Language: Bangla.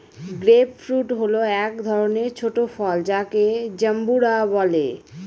গ্রেপ ফ্রুট হল এক ধরনের ছোট ফল যাকে জাম্বুরা বলে